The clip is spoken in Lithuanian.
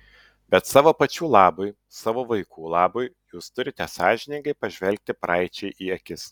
bet savo pačių labui savo vaikų labui jūs turite sąžiningai pažvelgti praeičiai į akis